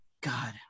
God